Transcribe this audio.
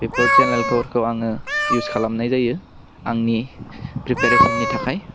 बेफोर सेनेलखरखौ आङो इउस खालामनाय जायो आंनि प्रेपारेशननि थाखाय